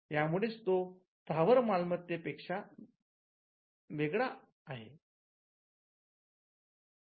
या मुळेच तो स्थावर मालमत्ते वेगळा पेक्षा आहे